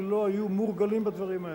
כי לא היו מורגלים בדברים האלה?